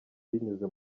binyuze